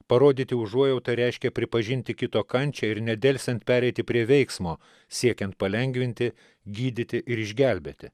parodyti užuojautą reiškia pripažinti kito kančią ir nedelsiant pereiti prie veiksmo siekiant palengvinti gydyti ir išgelbėti